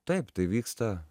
taip tai vyksta